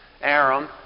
Aram